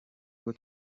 bwo